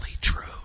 true